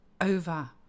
over